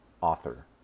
author